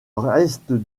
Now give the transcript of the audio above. reste